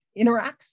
interacts